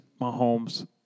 Mahomes